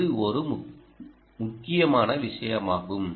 இது ஒரு முக்கியமான விஷயமாகும்